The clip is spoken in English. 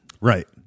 right